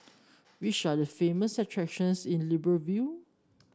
which are the famous attractions in Libreville